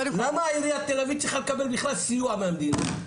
למה עיריית תל אביב צריכה לקבל סיוע מהמדינה?